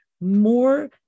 more